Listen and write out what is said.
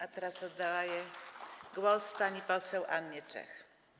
A teraz oddaję głos pani poseł Annie Czech.